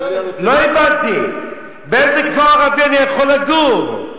לא הבנתי, באיזה כפר ערבי אני יכול לגור?